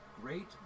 great